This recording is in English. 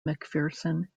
macpherson